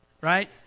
Right